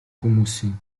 хүмүүсийн